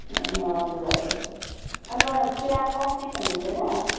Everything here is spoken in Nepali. ए हजुर हजुर अन्त चिया कफी खानु हुँदैन